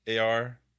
AR